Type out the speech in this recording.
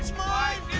five.